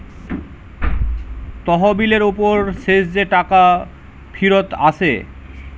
তহবিলের উপর শেষ যে টাকা ফিরত আসে